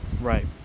right